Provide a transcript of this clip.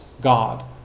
God